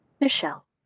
Michelle